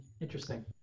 Interesting